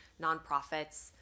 nonprofits